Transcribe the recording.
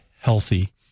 healthy